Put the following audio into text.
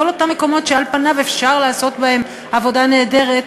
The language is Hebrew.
כל אותם מקומות שעל פניו אפשר לעשות בהם עבודה נהדרת.